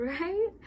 right